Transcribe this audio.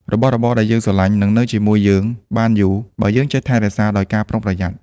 របស់របរដែលយើងស្រឡាញ់ នឹងនៅជាមួយយើងបានយូរ បើយើងចេះថែរក្សាដោយការប្រុងប្រយ័ត្ន។